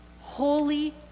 holy